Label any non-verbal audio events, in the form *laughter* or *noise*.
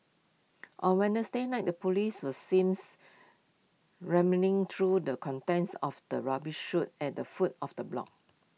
on *unintelligible* night the Police were seems *unintelligible* through the contents of the rubbish chute at the foot of the block